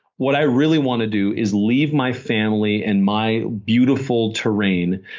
what i really want to do is leave my family and my beautiful terrain,